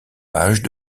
pages